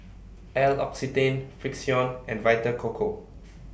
L'Occitane Frixion and Vita Coco